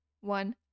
one